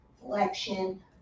flexion